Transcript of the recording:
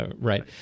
right